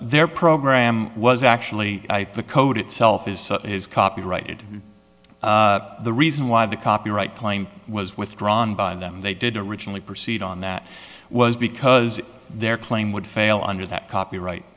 their program was actually the code itself is is copyrighted the reason why the copyright claim was withdrawn by them they did originally proceed on that was because their claim would fail under that copyright